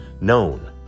known